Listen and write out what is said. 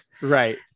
Right